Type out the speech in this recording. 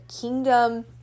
kingdom